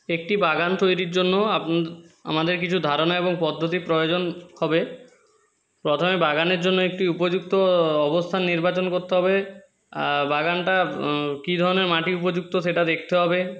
একটি বাগান তৈরির জন্য আমাদের কিছু ধারণা এবং পদ্ধতির প্রয়োজন হবে প্রথমে বাগানের জন্য একটি উপযুক্ত অবস্থান নির্বাচন করতে হবে বাগানটা কী ধরনের মাটি উপযুক্ত সেটা দেখতে হবে